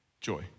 joy